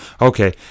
Okay